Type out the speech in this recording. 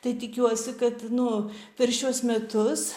tai tikiuosi kad nu per šiuos metus